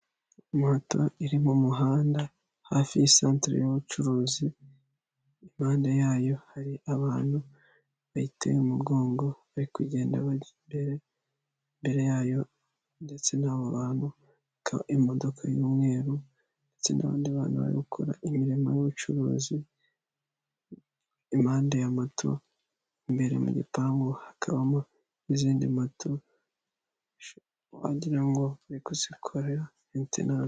Moto iri mu muhanda hafi yi i satere y'ubucuruzi impande yayo hari abantu bayiteye umugongo bari kugenda bajya imbere, imbere yayo ndetse n'abo bantuba imodoka y'umweru ndetse n'abandi bana bari gukora imirimo y'ubucuruzi impande ya moto imbere mu gipangu hakabamo n'izindi moto wagirango bari kuzikorera metenanse.